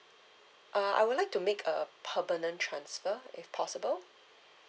uh I would like to make a permanent transfer if possible